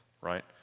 right